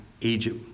Egypt